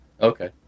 Okay